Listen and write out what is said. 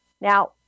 Now